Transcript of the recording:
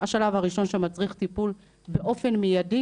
השלב הראשון שמצריך טיפול באופן מידי,